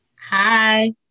Hi